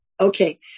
Okay